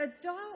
adult